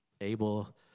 able